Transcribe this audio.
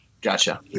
Gotcha